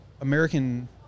American